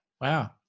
wow